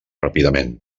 ràpidament